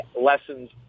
lessons